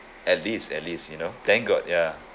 at least at least you know thank god ya